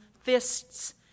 fists